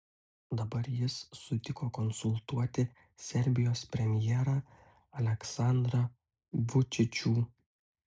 dabar jis sutiko konsultuoti serbijos premjerą aleksandrą vučičių